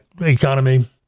economy